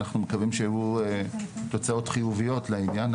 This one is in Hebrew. ואנחנו מקווים שיהיו תוצאות חיוביות לעניין.